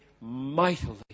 mightily